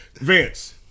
Vince